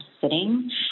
sitting